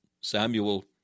Samuel